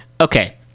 Okay